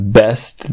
best